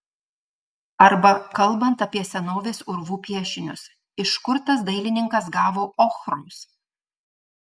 arba kalbant apie senovės urvų piešinius iš kur tas dailininkas gavo ochros